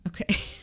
Okay